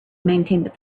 maintained